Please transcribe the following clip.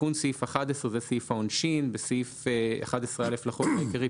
תיקון סעיף 11. בסעיף 11(א) לחוק העיקרי,